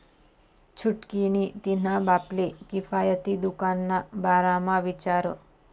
छुटकी नी तिन्हा बापले किफायती दुकान ना बारा म्हा विचार